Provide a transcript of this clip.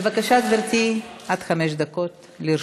בבקשה, גברתי, עד חמש דקות לרשותך.